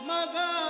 Mother